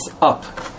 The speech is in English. up